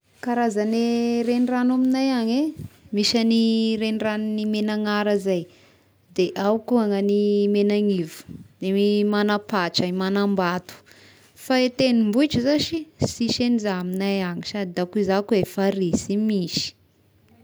Karazagne reniragno amignay agny eh: misy any reniragnony Megnagnara zay de ao ko gna ny Megnanivo de ny Magnapatra, Magnambato, fa i tendrombohitry zao sy sisy agny za amignay any ,sady da za koa farihy sy misy.